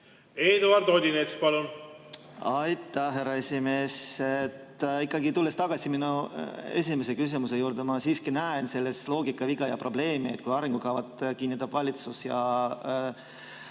Eduard Odinets, palun! Aitäh, härra esimees! Ikkagi, tulles tagasi minu esimese küsimuse juurde: ma siiski näen selles loogikaviga ja probleemi, kui arengukavad kinnitab valitsus ja